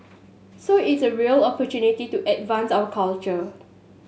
so it's a real opportunity to advance our culture